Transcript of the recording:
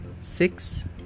six